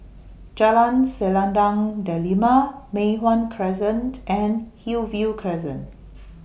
Jalan Selendang Delima Mei Hwan Crescent and Hillview Crescent